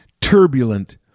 turbulent